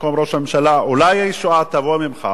ממלא-מקום ראש הממשלה, אולי הישועה תבוא ממך,